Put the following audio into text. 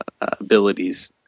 abilities